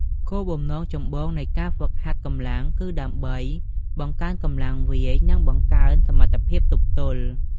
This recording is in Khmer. គោលបំណងចម្បងនៃការហ្វឹកហាត់កម្លាំងគឺដើម្បី បង្កើនកម្លាំងវាយ និងបង្កើនសមត្ថភាពទប់ទល់។